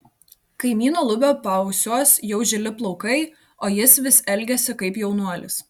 kaimyno lubio paausiuos jau žili plaukai o jis vis elgiasi kaip jaunuolis